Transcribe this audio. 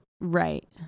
Right